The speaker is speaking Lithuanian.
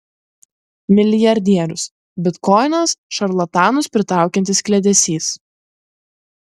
milijardierius bitkoinas šarlatanus pritraukiantis kliedesys